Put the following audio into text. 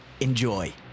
Enjoy